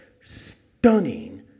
stunning